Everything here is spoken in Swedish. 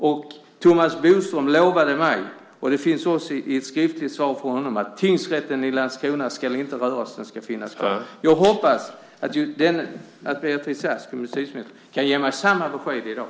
Och Thomas Bodström lovade mig, det står också i ett skriftligt svar från honom, att tingsrätten i Landskrona inte ska röras utan att den ska finnas kvar. Jag hoppas att justitieminister Beatrice Ask kan ge mig samma besked i dag.